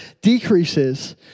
decreases